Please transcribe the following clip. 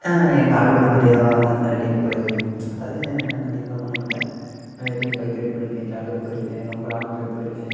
ஆ எங்கள் ஆள் கூட நிறையா நிறைய டைம் போயிருக்கேன் அதாவது என்ன கட்டிக்க போகற பொண்ணுக்கிட்ட நிறைய டைம் பைக் ரைட் பண்ணிருக்கேன் ஜாலியாக போயிருக்கேன் ரொம்ப லாங் ட்ரைவ் போயிருக்கேன்